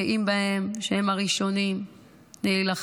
גאים בהם שהם הראשונים להילחם.